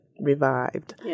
revived